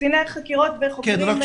קציני החקירות וחוקרים --- כן,